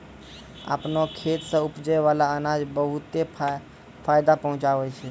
आपनो खेत सें उपजै बाला अनाज बहुते फायदा पहुँचावै छै